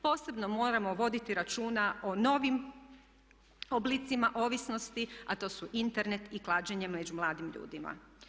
Posebno moramo voditi računa o novim oblicima ovisnosti, a to su Internet i klađenje među mladim ljudima.